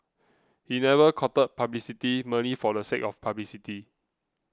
he never courted publicity merely for the sake of publicity